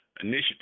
Initiative